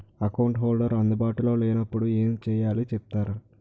Account holder అందు బాటులో లే నప్పుడు ఎం చేయాలి చెప్తారా?